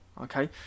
okay